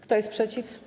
Kto jest przeciw?